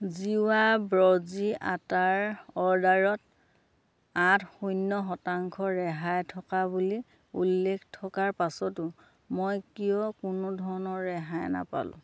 জিৱা বজ্ৰী আটাৰ অৰ্ডাৰত আঠ শূন্য শতাংশ ৰেহাই থকা বুলি উল্লেখ থকাৰ পাছতো মই কিয় কোনোধৰণৰ ৰেহাই নাপালো